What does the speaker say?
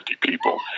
people